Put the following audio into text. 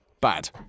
bad